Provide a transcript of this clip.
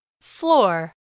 Floor